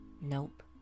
Nope